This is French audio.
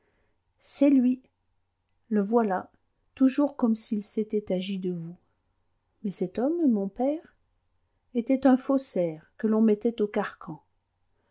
c'est lui le voilà toujours comme s'il s'était agi de vous mais cet homme mon père était un faussaire que l'on mettait au carcan